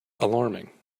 alarming